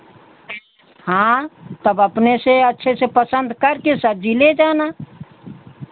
हाँ सब अपने से अच्छे से पसंद करके सब्जी ले जाना